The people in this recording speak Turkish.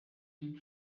film